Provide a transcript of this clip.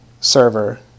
server